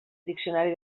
diccionari